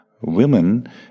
women